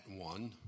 one